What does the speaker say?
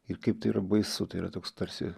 ir kaip tai yra baisu tai yra toks tarsi